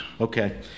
Okay